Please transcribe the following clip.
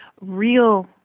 real